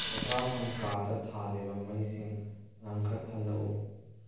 ꯄꯣꯊꯥꯐꯝ ꯀꯥꯗ ꯊꯥꯜꯂꯤꯕ ꯃꯩꯁꯤꯡ ꯉꯥꯟꯈꯠꯍꯜꯂꯛꯎ